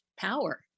power